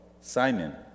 Simon